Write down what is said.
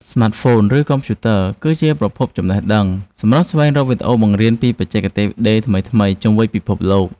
ស្មាតហ្វូន ឬកុំព្យូទ័រ គឺជាប្រភពចំណេះដឹងសម្រាប់ស្វែងរកវីដេអូបង្រៀនពីបច្ចេកទេសដេរថ្មីៗជុំវិញពិភពលោក។